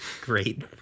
Great